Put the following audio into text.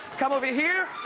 come over here,